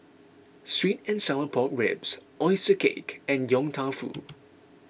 Sweet and Sour Pork Ribs Oyster Cake and Yong Tau Foo